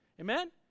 Amen